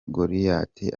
goliath